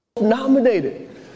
nominated